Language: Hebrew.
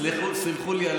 סלחו לי.